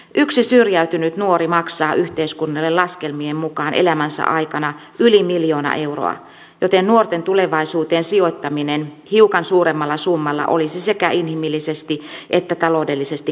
yksi syrjäytynyt nuori maksaa yhteiskunnalle laskelmien mukaan elämänsä aikana yli miljoona euroa joten nuorten tulevaisuuteen sijoittaminen hiukan suuremmalla summalla olisi sekä inhimillisesti että taloudellisesti kannatettavaa